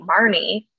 Marnie